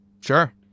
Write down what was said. Sure